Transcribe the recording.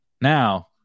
Now